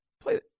play